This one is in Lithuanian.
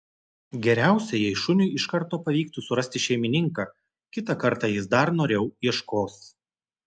geriausia jei šuniui iš karto pavyktų surasti šeimininką kitą kartą jis dar noriau ieškos